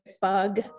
bug